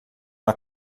uma